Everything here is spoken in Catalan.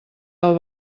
del